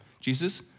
Jesus